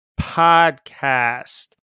podcast